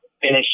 finish